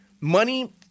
money